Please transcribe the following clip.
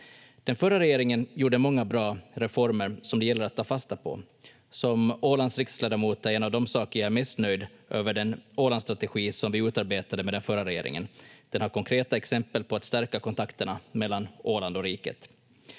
Den förra regeringen gjorde många bra reformer som det gäller att ta fasta på. Som Ålands riksdagsledamot är en av de saker jag är mest nöjd över den Ålandsstrategi som vi utarbetade med den förra regeringen. Den har konkreta exempel på att stärka kontakterna mellan Åland och riket.